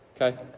okay